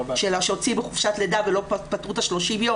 שיוצאים לחופשת לידה ולא פטרו את ה-30 יום,